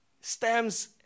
stems